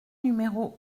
numéro